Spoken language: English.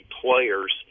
players